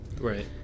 Right